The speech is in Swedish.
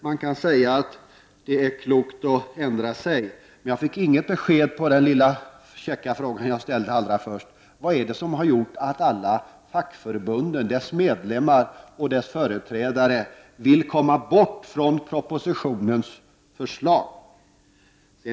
Man kan säga att det är klokt att ändra sig, men jag fick inget besked på den käcka lilla fråga jag ställde allra först: Vad har gjort att alla fackförbund, deras medlemmar och deras företrädare, vill komma bort från propositionens förslag?